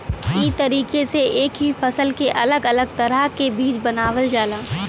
ई तरीका से एक ही फसल के अलग अलग तरह के बीज बनावल जाला